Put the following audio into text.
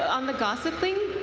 on the gossip thing?